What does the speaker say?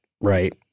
right